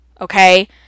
Okay